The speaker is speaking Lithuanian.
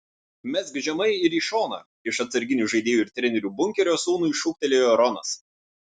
mesk žemai ir į šoną iš atsarginių žaidėjų ir trenerių bunkerio sūnui šūktelėjo ronas